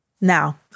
Now